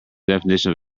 definition